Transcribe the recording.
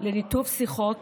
לניתוב שיחות